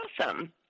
awesome